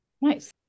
Nice